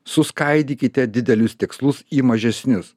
suskaidykite didelius tikslus į mažesnius